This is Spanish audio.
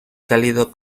cálido